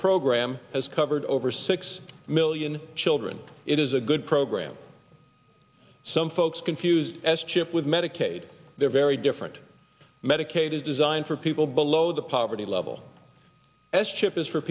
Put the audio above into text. program has covered over six million children it is a good program some folks confuse s chip with medicaid they're very different medicaid is designed for people below the poverty level s chip is for